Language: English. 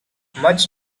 much